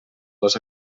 les